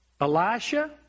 Elisha